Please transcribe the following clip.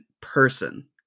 person